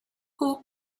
who